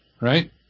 right